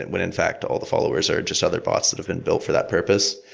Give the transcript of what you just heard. and when in fact, all the followers are just other bots that have been built for that purpose.